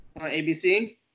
ABC